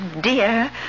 dear